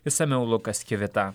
išsamiau lukas kivita